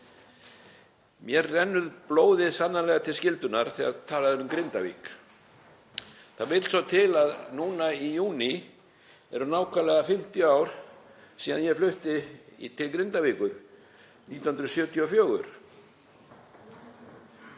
Mér rennur blóðið sannarlega til skyldunnar þegar talað er um Grindavík. Það vill svo til að núna í júní eru nákvæmlega 50 ár síðan ég flutti til Grindavíkur 1974.